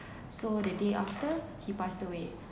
so the day after he passed away